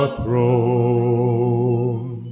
throne